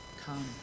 come